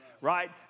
right